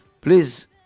please